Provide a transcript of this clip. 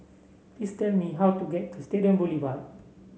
please tell me how to get to Stadium Boulevard